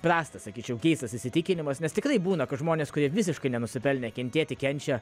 prastas sakyčiau keistas įsitikinimas nes tikrai būna kad žmonės kurie visiškai nenusipelnė kentėti kenčia